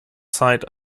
zeit